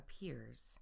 appears